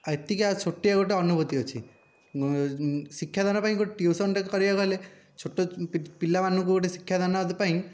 ଆଉ ଏତିକି ଆଉ ଛୋଟିଆ ଗୋଟିଏ ଅନୁଭୁତି ଅଛି ଶିକ୍ଷାଦାନ ପାଇଁ ଗୋଟିଏ ଟ୍ୟୁସନ୍ ଟିଏ କରିବାକୁ ଗଲେ ଛୋଟ ପିଲାମାନଙ୍କୁ ଗୋଟିଏ ଶିକ୍ଷାଦାନ ପାଇଁ